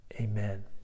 Amen